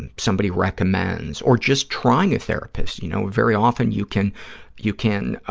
and somebody recommends, or just trying a therapist. you know, very often you can you can